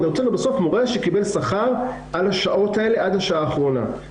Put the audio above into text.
ואני רוצה לראות מורה שקיבל שכר על השעות האלה עד השעה האחרונה.